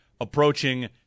approaching